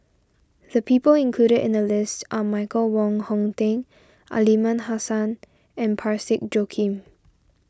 the people included in the list are Michael Wong Hong Teng Aliman Hassan and Parsick Joaquim